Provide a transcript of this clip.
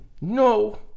no